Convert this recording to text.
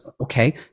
Okay